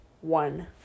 one